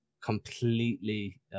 completely –